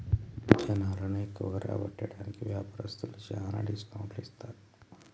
జనాలను ఎక్కువగా రాబట్టేకి వ్యాపారస్తులు శ్యానా డిస్కౌంట్ కి ఇత్తన్నారు